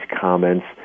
comments